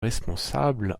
responsables